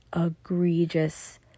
egregious